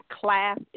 class